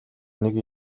нэг